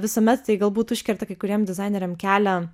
visuomet tai galbūt užkerta kai kuriem dizaineriam kelią